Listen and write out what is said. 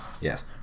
yes